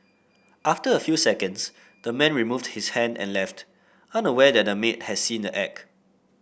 after a few seconds the man removed his hand and left unaware that the maid had seen the act